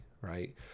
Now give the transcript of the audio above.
right